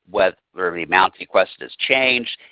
whether the amount requested is changed,